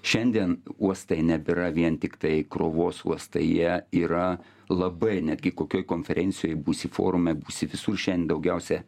šiandien uostai nebėra vien tiktai krovos uostai jie yra labai netgi kokioj konferencijoj būsi forume būsi visur šiandien daugiausia